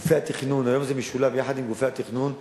גופי התכנון, היום זה משולב יחד עם גופי התכנון,